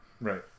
Right